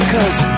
Cause